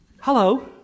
Hello